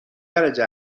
درجه